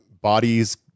Bodies